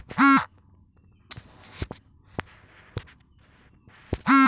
ইউরোপে আক রকমের উদ্ভিদ এবং ফুল হসে পেরিউইঙ্কেল